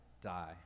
die